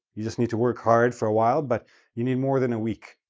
you just need to work hard for awhile, but you need more than a week,